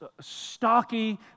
stocky